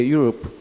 Europe